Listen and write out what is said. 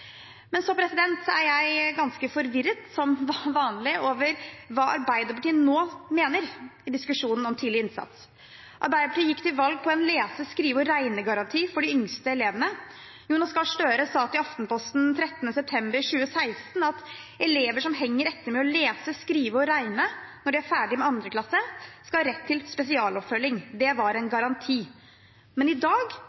Men så er jeg ganske forvirret, som vanlig, over hva Arbeiderpartiet nå mener i diskusjonen om tidlig innsats. Arbeiderpartiet gikk til valg på en lese-, skrive- og regnegaranti for de yngste elevene. Jonas Gahr Stør sa til Aftenposten 14. september 2016: «Elever som henger etter med å lese, skrive og regne når de er ferdig med 2. klasse, skal ha rett til spesialoppfølging.» Det var en